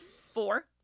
Four